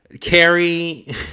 Carrie